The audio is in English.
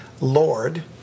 Lord